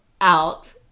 out